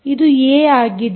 ಇದು ಏ ಆಗಿದೆ